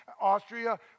Austria